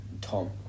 Tom